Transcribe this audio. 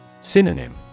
Synonym